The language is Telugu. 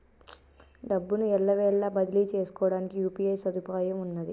డబ్బును ఎల్లవేళలా బదిలీ చేసుకోవడానికి యూ.పీ.ఐ సదుపాయం ఉన్నది